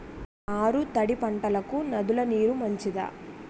ఆరు తడి పంటలకు నదుల నీరు మంచిదా?